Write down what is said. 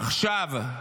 עכשיו,